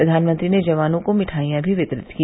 प्रधानमंत्री ने जवानों को मिठाइयां भी वितरित की